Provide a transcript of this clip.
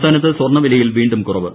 സംസ്ഥാനത്ത് സ്വർണ്ണവിലയിൽ വീണ്ടും കുറവ്